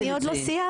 אני עוד לא סיימתי.